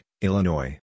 Illinois